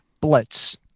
Blitz